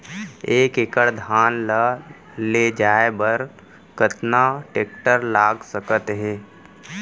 एक एकड़ धान ल ले जाये बर कतना टेकटर लाग सकत हे?